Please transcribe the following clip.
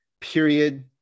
period